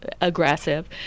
aggressive